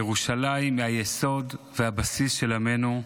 ירושלים היא היסוד והבסיס של עמנו.